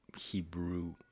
Hebrew